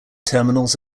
terminals